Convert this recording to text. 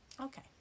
Okay